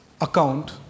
account